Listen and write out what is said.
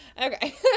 Okay